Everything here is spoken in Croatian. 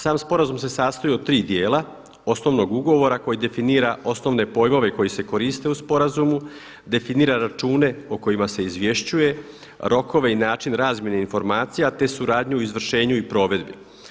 Sam sporazum se sastoji od tri dijela, osnovnog ugovora koji definira osnovne pojmove koji se koriste u sporazumu, definira račune o kojima se izvješćuje, rokove i način razmjene informacija te suradnju o izvršenju i provedbi.